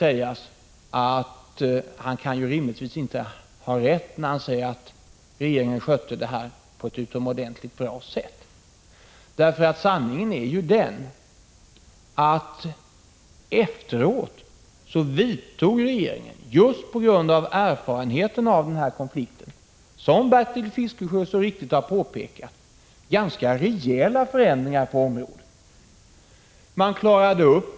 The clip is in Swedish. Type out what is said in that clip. Sören Lekberg kan rimligtvis inte ha rätt när han säger att regeringen skött allt detta på ett utomordentligt bra sätt. Sanningen är den, att efteråt vidtog regeringen, just på grund av erfarenheten av denna konflikt, som Bertil Fiskesjö så riktigt har påpekat, ganska rejäla förändringar på området.